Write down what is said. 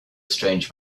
strange